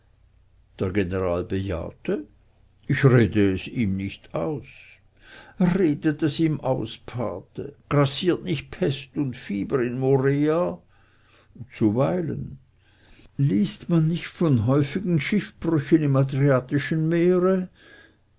der general bejahte ich rede es ihm nicht aus redet es ihm aus pate grassiert nicht pest und fieber in morea zuweilen liest man nicht von häufigen schiffbrüchen im adriatischen meere